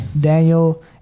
daniel